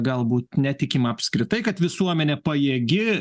galbūt netikima apskritai kad visuomenė pajėgi